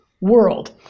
world